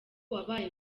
wabaye